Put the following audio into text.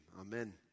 Amen